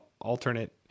alternate